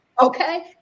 Okay